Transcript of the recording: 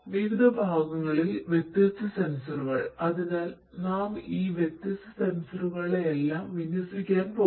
വിവിധ ഭാഗങ്ങളിൽ വ്യത്യസ്ത സെൻസറുകൾഅതിനാൽ നാം ഈ വ്യത്യസ്ത സെൻസറുകളെല്ലാം വിന്യസിക്കാൻ പോകുന്നു